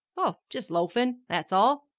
oh, just loafin', that's all.